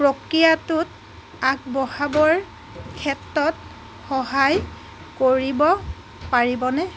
প্ৰক্ৰিয়াটোত আগবঢ়াবৰ ক্ষেত্ৰত সহায় কৰিব পাৰিবনে